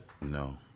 No